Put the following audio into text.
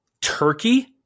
Turkey